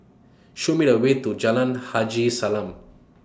Show Me The Way to Jalan Haji Salam